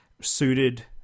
suited